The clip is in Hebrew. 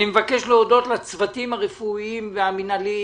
אני מבקש להודות לצוותים הרפואיים והמנהליים